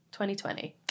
2020